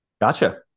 Gotcha